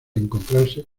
encontrarse